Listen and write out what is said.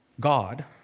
God